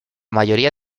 mayoría